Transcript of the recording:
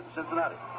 Cincinnati